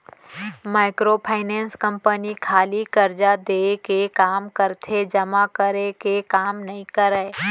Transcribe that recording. micro finance company खाली करजा देय के काम करथे जमा करे के काम नइ करय